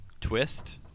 twist